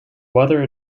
whether